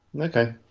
okay